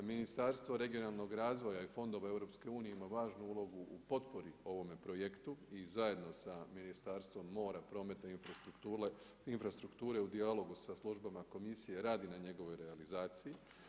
Ministarstvo regionalnog razvoja i fondova EU ima važnu ulogu u potpori ovome projektu i zajedno sa Ministarstvom mora, prometa i infrastrukture u dijalogu sa službama komisije radi na njegovoj realizaciji.